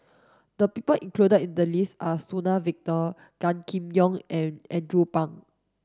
the people included in the list are Suzann Victor Gan Kim Yong and Andrew Phang